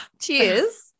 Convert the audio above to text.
Cheers